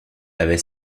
avait